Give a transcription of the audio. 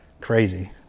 crazy